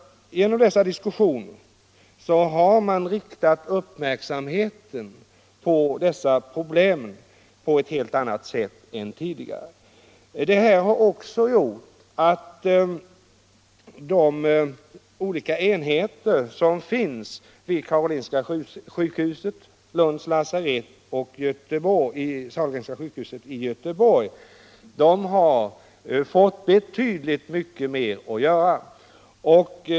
Genom dessa diskussioner har uppmärksamheten riktats mot dessa problem på ett helt annat sätt än tidigare. Det har också medfört att de olika enheterna vid Karolinska sjukhuset, Lunds lasarett och Sahlgrenska sjukhuset i Göteborg har fått betydligt mer att göra.